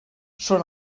són